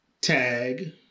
tag